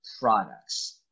products